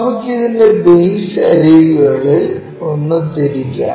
നമുക്ക് ഇതിന്റെ ബേസ് അരികുകളിൽ ഒന്ന് തിരിക്കാം